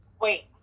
wait